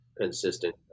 consistent